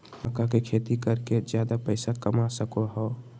मक्का के खेती कर के ज्यादा पैसा कमा सको हो